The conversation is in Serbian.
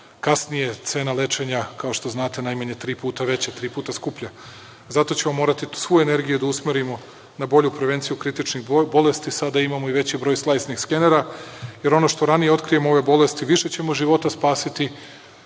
kasnije cena lečenja, kao što znate, najmanje tri puta je veća, tri puta skuplja. Zato ćemo morati svu energiju da usmerimo na bolju prevenciju kritičnih bolesti. Sada imamo i veći broj slajsnih skenera, jer ono što ranije otkrijemo ove bolesti više ćemo života spasiti,